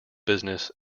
business